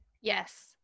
Yes